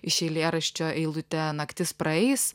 iš eilėraščio eilute naktis praeis